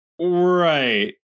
Right